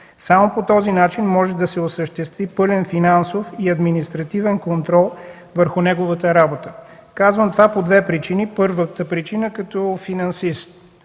Само по този начин може да се осъществи пълен финансов и административен контрол върху неговата работа. Казвам това по две причини. Първата причина – като финансист.